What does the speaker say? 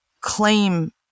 claim